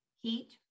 heat